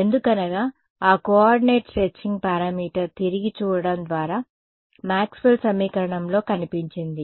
ఎందుకనగా ఆ coordinate stretching parameter తిరిగి చూడడం ద్వారా మాక్స్వెల్ సమీకరణంలో కనిపించింది